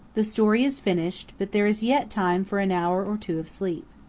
the story is finished, but there is yet time for an hour or two of sleep.